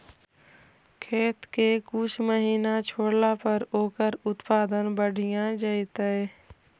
खेत के कुछ महिना छोड़ला पर ओकर उत्पादन बढ़िया जैतइ?